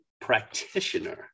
practitioner